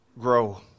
grow